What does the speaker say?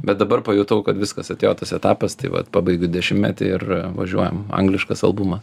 bet dabar pajutau kad viskas atėjo tas etapas tai vat pabaigiu dešimtmetį ir važiuojam angliškas albumas